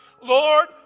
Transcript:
Lord